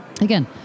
again